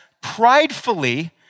pridefully